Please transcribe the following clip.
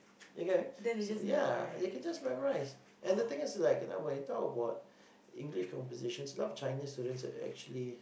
you get what I mean so ya they can just memorise and the thing is like you know when talk about English compositions a lot of China students are actually